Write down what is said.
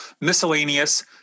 miscellaneous